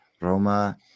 Roma